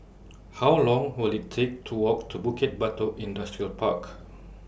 How Long Will IT Take to Walk to Bukit Batok Industrial Park